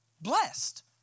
blessed